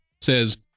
says